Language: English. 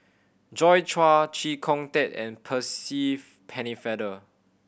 Joi Chua Chee Kong Tet and Percy Pennefather